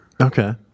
Okay